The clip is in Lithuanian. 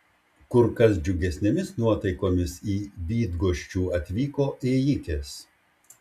kur kas džiugesnėmis nuotaikomis į bydgoščių atvyko ėjikės